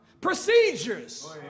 Procedures